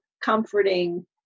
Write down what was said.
comforting